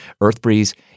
EarthBreeze